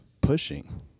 pushing